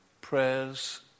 prayers